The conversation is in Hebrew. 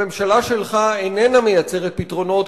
הממשלה שלך איננה מייצרת פתרונות,